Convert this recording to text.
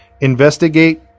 investigate